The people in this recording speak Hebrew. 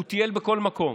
הוא טייל בכל מקום.